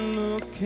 look